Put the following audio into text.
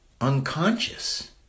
unconscious